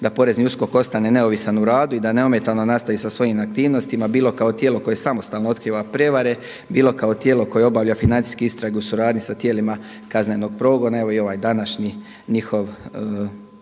da Porezni USKOK ostane neovisan u radu i da neometano nastavi sa svojim aktivnostima bilo kao tijelo koje samostalno otkriva prijevare, bilo kao tijelo koje obavlja financijsku istragu u suradnji sa tijelima kaznenog progona. Evo i ovaj današnji njihov